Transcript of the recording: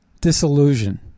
disillusion